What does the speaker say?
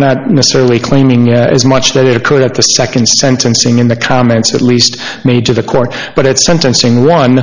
there not necessarily claiming as much that it occurred at the second sentencing in the comments at least made to the court but at sentencing one